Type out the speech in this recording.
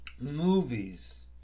movies